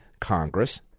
Congress